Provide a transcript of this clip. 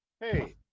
hey